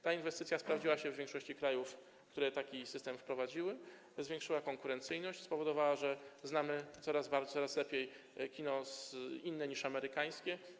Ta inwestycja sprawdziła się w większości krajów, które taki system wprowadziły, zwiększyła konkurencyjność, spowodowała, że znamy coraz lepiej kino inne niż amerykańskie.